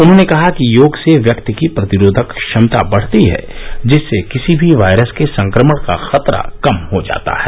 उन्होंने कहा कि योग से व्यक्ति की प्रतिरोधक क्षमता बढ़ती है जिससे किसी भी वायरस के संक्रमण का खतरा कम हो जाता है